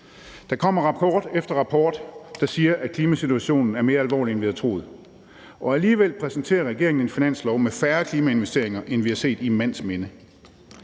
Der kommer rapport efter rapport, der siger, at klimasituationen er mere alvorlig, end vi havde troet, og alligevel præsenterer regeringen en finanslov med færre klimainvesteringer, end vi har set i mands minde.